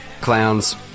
clowns